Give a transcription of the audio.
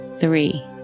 three